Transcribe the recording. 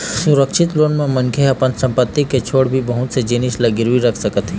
सुरक्छित लोन म मनखे ह अपन संपत्ति के छोड़े भी बहुत से जिनिस ल गिरवी राख सकत हे